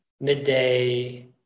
midday